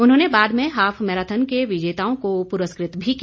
उन्होंने बाद में हाफ मैराथन के विजेताओं को पुरस्कृत भी किया